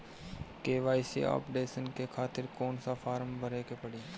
KYC updation के खातिर कौन सा फारम भरे के पड़ी?